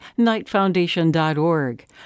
knightfoundation.org